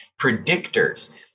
predictors